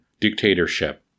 dictatorship